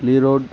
లీరోడ్